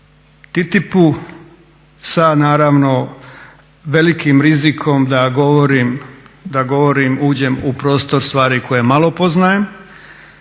TTIP-u sa naravno velikim rizikom da govorim, uđem u prostor stvari koje malo poznajem,